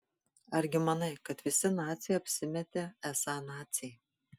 argi manai kad visi naciai apsimetė esą naciai